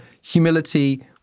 humility